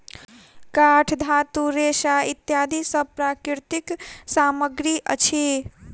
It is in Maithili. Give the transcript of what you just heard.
काठ, धातु, रेशा इत्यादि सब प्राकृतिक सामग्री अछि